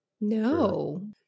No